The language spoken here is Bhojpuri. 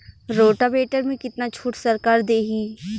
रोटावेटर में कितना छूट सरकार देही?